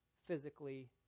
physically